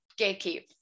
gatekeep